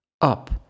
up